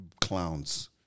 clowns